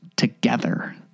Together